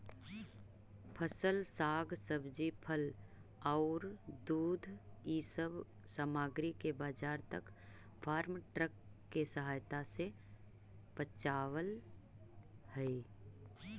फसल, साग सब्जी, फल औउर दूध इ सब सामग्रि के बाजार तक फार्म ट्रक के सहायता से पचावल हई